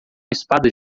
espadas